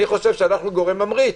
אני חושב שאנחנו גורם ממריץ.